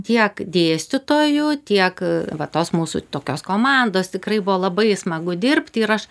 tiek dėstytojų tiek va tos mūsų tokios komandos tikrai buvo labai smagu dirbti ir aš